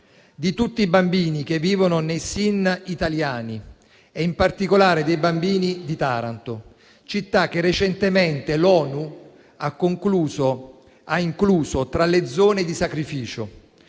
di tutti i bambini che vivono nei SIN italiani e in particolare dei bambini di Taranto, città che recentemente l'ONU ha incluso tra le zone di sacrificio,